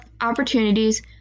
opportunities